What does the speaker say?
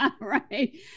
Right